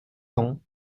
cents